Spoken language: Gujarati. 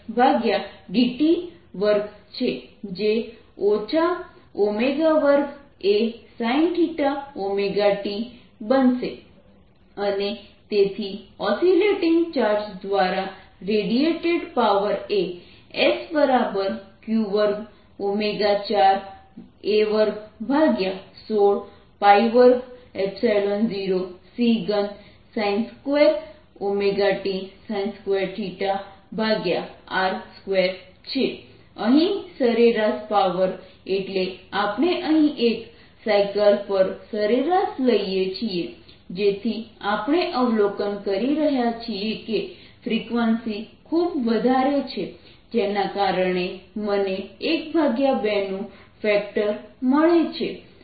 Sq2a21620c3sin2r2 ad2xdt2 2Asinωt અને તેથી ઓસીલેટીંગ ચાર્જ દ્વારા રેડિએટેડ પાવર એ Sq2 4 A216 2 0 c3sin2t sin2r2છે અહીં સરેરાશ પાવર એટલે આપણે અહીં એક સાયકલ પર સરેરાશ લઈએ છીએ જેથી આપણે અવલોકન કરી શકીએ છે કે ફ્રીક્વન્સી ખૂબ વધારે છે જેના કારણે મને 12 નું ફેક્ટર મળે છે